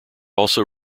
also